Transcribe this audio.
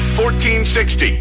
1460